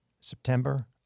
September